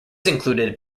included